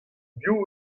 biv